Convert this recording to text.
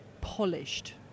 polished